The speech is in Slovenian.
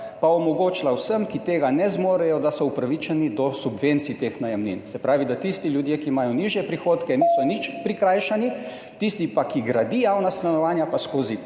pa omogočila vsem, ki tega ne zmorejo, da so upravičeni do subvencij teh najemnin. Se pravi, da tisti ljudje, ki imajo nižje prihodke, niso nič prikrajšani, tisti, ki pa gradi javna stanovanja, pa skozi ta